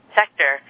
sector